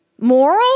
Moral